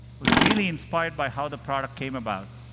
was really inspired by how the product came about.